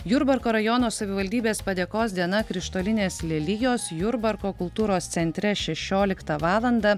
jurbarko rajono savivaldybės padėkos diena krištolinės lelijos jurbarko kultūros centre šešioliktą valandą